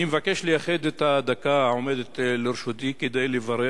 אני מבקש לייחד את הדקה העומדת לרשותי כדי לברך